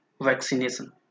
vaccination